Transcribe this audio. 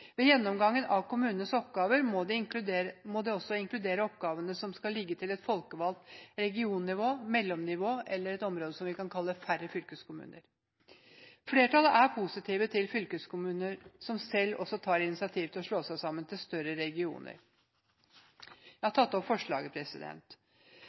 også inkludere oppgavene som skal ligge til et folkevalgt regionnivå, mellomnivå eller et område vi kan kalle færre fylkeskommuner. Flertallet er positive til fylkeskommuner som selv tar initiativ til å slå seg sammen til større regioner. Jeg